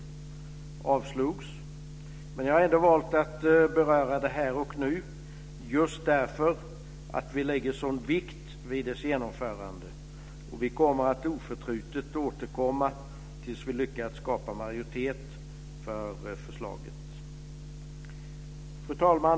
Det avslogs, men jag har ändå valt att beröra det här och nu just därför att vi lägger en sådan vikt vid dess genomförande, och vi kommer oförtrutet att återkomma tills vi har lyckats skapa majoritet för förslaget. Fru talman!